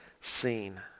seen